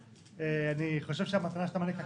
אני חושב שהמתנה שאתה מעניק היא